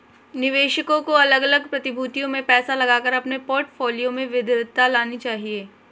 निवेशकों को अलग अलग प्रतिभूतियों में पैसा लगाकर अपने पोर्टफोलियो में विविधता लानी चाहिए